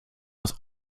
das